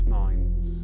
minds